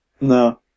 No